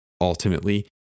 ultimately